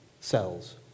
cells